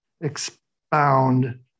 expound